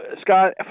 Scott